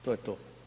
To je to.